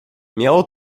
miało